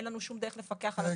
אין לנו שום דרך לפקח על הדבר הזה.